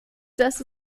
das